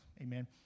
amen